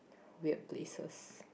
weird places